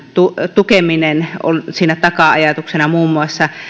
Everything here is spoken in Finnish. tukeminen on siinä taka ajatuksena muun muassa